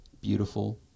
beautiful